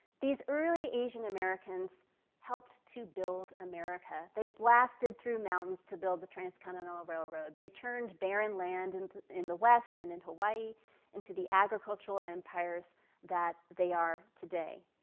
these early asian americans helped to build america. they blasted through mountains to build the transcontinental railroad. they turned baron land and in the west and in hawaii into the agricultural empires they are today.